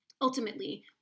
ultimately